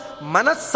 Manas